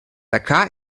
dhaka